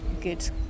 good